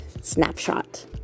Snapshot